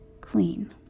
clean